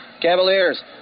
Cavaliers